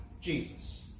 Jesus